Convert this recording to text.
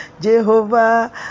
Jehovah